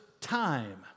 time